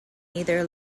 neither